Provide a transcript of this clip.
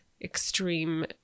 extreme